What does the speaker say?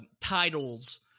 titles